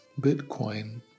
bitcoin